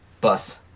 bus